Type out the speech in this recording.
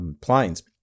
planes